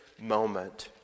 moment